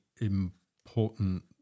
important